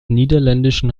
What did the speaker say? niederländischen